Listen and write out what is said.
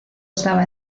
estaba